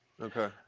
Okay